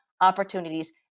opportunities